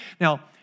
Now